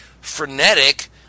frenetic